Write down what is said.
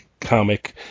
comic